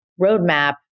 roadmap